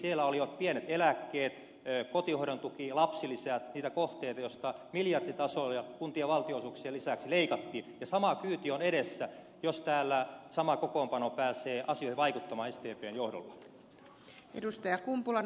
siellä olivat pienet eläkkeet kotihoidon tuki ja lapsilisät niitä kohteita joista miljarditasolla ja kuntien valtionosuuksien lisäksi leikattiin ja sama kyyti on edessä jos täällä sama kokoonpano pääsee asioihin vaikuttamaan sdpn johdolla